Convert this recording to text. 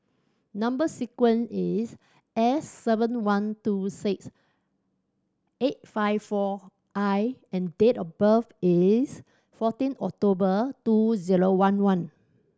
number sequence is S seven one two six eight five four I and date of birth is fourteen October two zero one one